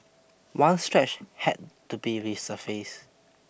one stretch had to be resurfaced